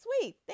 Sweet